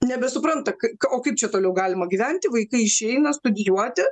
nebesupranta ka o kaip čia toliau galima gyventi vaikai išeina studijuoti